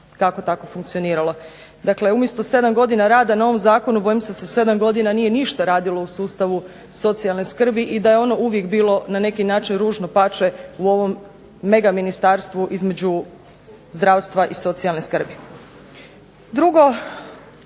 kako tako funkcioniralo. Dakle, umjesto 7 godina rada na ovom zakonu bojim se da se 7 godina nije ništa radilo u sustavu socijalne skrbi i da je ono uvijek bilo na neki način ružno pače u ovom mega ministarstvu između zdravstva i socijalne skrbi. Drugo